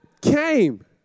came